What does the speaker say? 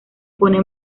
pone